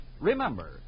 Remember